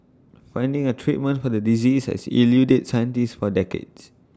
finding A treatment for the disease has eluded scientists for decades